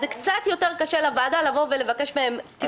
אז קצת יותר קשה לוועדה לבקש מהם תיקון.